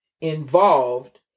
involved